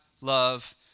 love